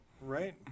Right